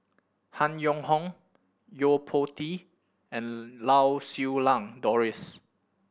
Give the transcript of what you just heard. Han Yong Hong Yo Po Tee and Lau Siew Lang Doris